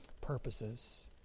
purposes